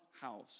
house